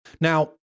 Now